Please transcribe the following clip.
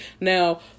now